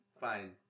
fine